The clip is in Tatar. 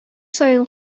саен